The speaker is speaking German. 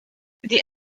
die